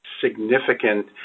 significant